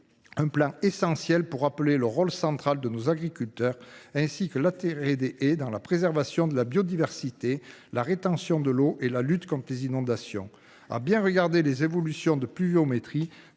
d’un plan essentiel qui rappelle le rôle central de nos agriculteurs et l’intérêt que présentent les haies pour la préservation de la biodiversité, la rétention de l’eau et la lutte contre les inondations. À bien regarder les évolutions de la pluviométrie